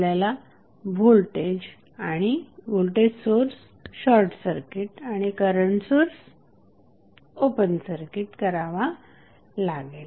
आपल्याला voltage source short circuit आणि current source open circuit करावा लागेल